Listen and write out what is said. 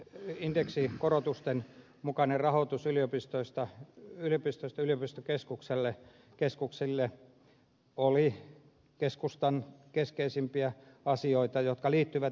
tämä indeksikorotusten mukainen rahoitus yliopistoista yliopistokeskuksille oli keskustan keskeisimpiä asioita jotka liittyvät yliopistokeskuksiin